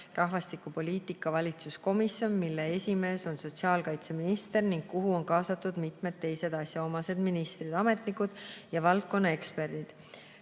rahvastikupoliitika valitsuskomisjon, mille esimees on sotsiaalkaitseminister ning kuhu on kaasatud mitmed teised asjaomased ministrid, ametnikud ja valdkonna eksperdid.